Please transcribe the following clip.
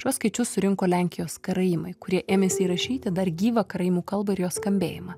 šiuos skaičius surinko lenkijos karaimai kurie ėmėsi įrašyti dar gyvą karaimų kalbą ir jos skambėjimą